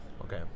Okay